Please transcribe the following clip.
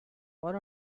what